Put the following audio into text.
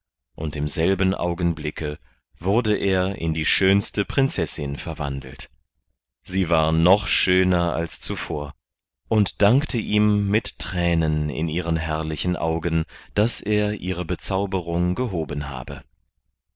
und im selben augenblicke wurde er in die schönste prinzessin verwandelt sie war noch schöner als zuvor und dankte ihm mit thränen in ihren herrlichen augen daß er ihre bezauberung gehoben habe